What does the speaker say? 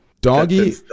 doggy